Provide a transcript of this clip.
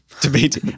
debate